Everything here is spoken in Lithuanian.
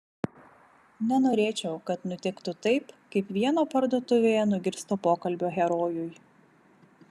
nenorėčiau kad nutiktų taip kaip vieno parduotuvėje nugirsto pokalbio herojui